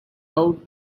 out